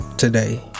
today